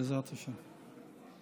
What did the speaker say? בעזרת השם.